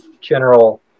general